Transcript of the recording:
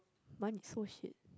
mine is so shit